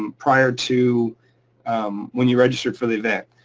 um prior to when you registered for the event.